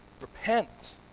repent